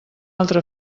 altra